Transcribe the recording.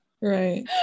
Right